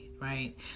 right